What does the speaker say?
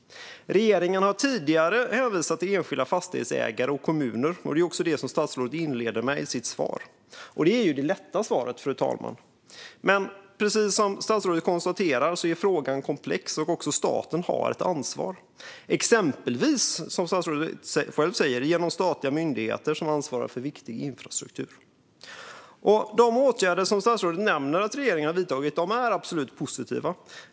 Regeringen har tidigare hänvisat till enskilda fastighetsägare och kommuner. Det är också det som statsrådet inleder med i sitt interpellationssvar. Det är det lätta svaret, fru talman. Men precis som statsrådet konstaterar är frågan komplex, och även staten har ett ansvar, exempelvis genom statliga myndigheter som ansvarar för viktig infrastruktur. De åtgärder som statsrådet nämner att regeringen har vidtagit är absolut positiva.